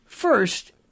First